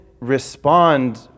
respond